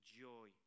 joy